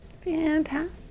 Fantastic